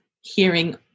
hearing